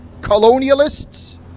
colonialists